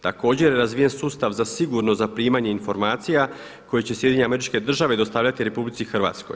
Također je razvijen sustav za sigurno zaprimanje informacije koje će SAD dostavljati RH.